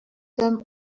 them